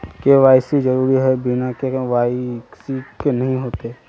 KYC जरुरी है बिना के.वाई.सी के नहीं होते?